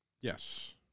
yes